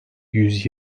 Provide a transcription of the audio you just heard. yüz